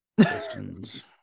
questions